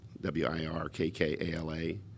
W-I-R-K-K-A-L-A